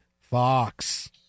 Fox